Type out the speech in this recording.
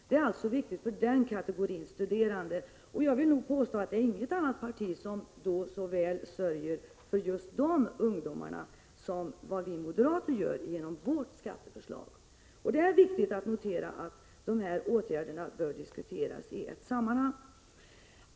Det är alltså betydelsefullt för den kategorin studerande, och jag vill påstå att inget annat parti så väl sörjer för just dessa ungdomar som moderata samlingspartiet gör genom sitt skatteförslag.